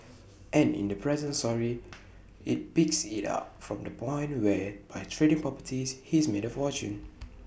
and in the present story IT picks IT up from the point where by trading properties he's made A fortune